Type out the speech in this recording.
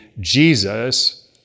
Jesus